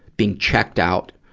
being checked out,